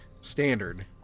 standard